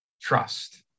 trust